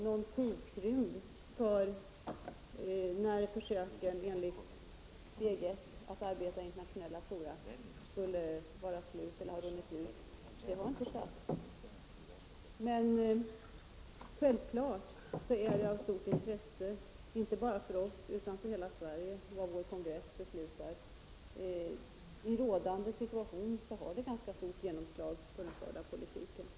Någon tidsrymd för när försöken enligt ”steg 1”, att arbeta i internationella fora, skulle ha runnit ut har inte satts. Självklart är det av stort intresse, inte bara för oss, utan för hela Sverige, vad vår kongress beslutar. I rådande situation har det ganska stort genomslag på den förda politiken.